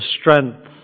strength